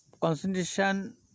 concentration